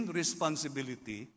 responsibility